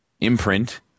Imprint